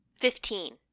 Fifteen